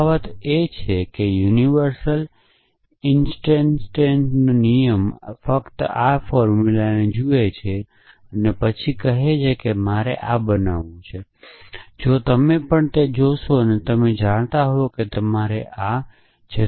તફાવત એ છે કે સાર્વત્રિક ઇન્સ્ટિન્ટેશનનો નિયમ ફક્ત આ ફોર્મુલાને જુએ છે પછી કહે છે કે મારે આ બનાવવું જ જોઇએ જો તમે પણ તે જોશો તો તમે જાણતા હોવ કે તમારે આ પેદા કરવું પડશે